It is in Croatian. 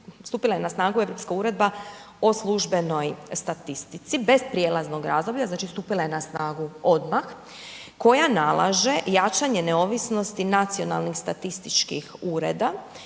stupila je na snagu Europska uredba o službenoj statistici, bez prijelaznog razdoblja, znači stupila je na snagu odmah koja nalaže jačanje neovisnosti nacionalnih statističkih ureda